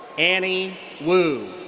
annie wu.